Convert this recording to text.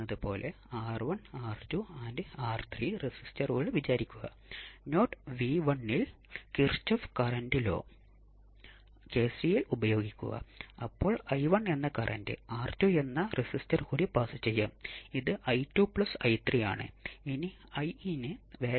ഇപ്പോൾ അവസാന സ്ലൈഡിൽ ഒരു ആർസി 60 ഡിഗ്രി ഫേസ് ഷിഫ്റ്റ് നൽകും എന്ന് കണ്ടു